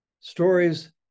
stories